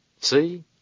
See